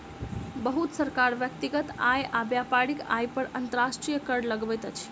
बहुत सरकार व्यक्तिगत आय आ व्यापारिक आय पर अंतर्राष्ट्रीय कर लगबैत अछि